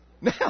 Now